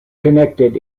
connected